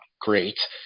great